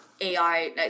AI